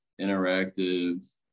interactive